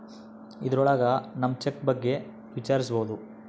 ಇದ್ರೊಳಗ ನಮ್ ಚೆಕ್ ಬಗ್ಗೆ ವಿಚಾರಿಸ್ಬೋದು